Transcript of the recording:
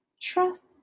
trust